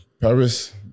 Paris